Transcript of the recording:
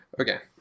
Okay